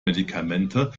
medikamente